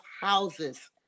houses